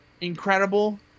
incredible